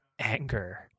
anger